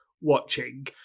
watching